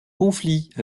conflit